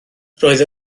roedd